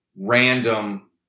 random